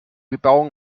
bebauung